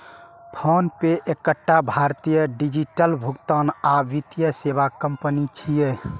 PhonePe एकटा भारतीय digital भुगतान आ वित्तीय सेवा कंपनी छियै